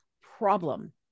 problem